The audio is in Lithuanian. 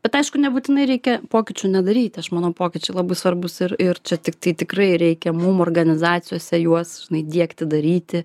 bet aišku nebūtinai reikia pokyčių nedaryt aš manau pokyčiai labai svarbūs ir ir čia tai tikrai reikia mum organizacijose juos diegti daryti